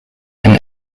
and